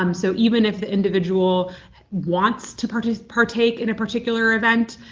um so even if the individual wants to partake partake in a particular event,